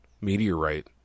meteorite